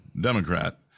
Democrat